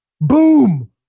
boom